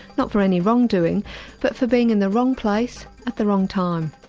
not for any wrong doing but for being in the wrong place at the wrong time?